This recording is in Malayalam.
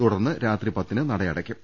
തുടർന്ന് രാത്രി പത്തിന് നടയടയ്ക്കും